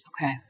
Okay